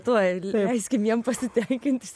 tuoj leiskim jiem pasitenkint